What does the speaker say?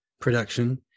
production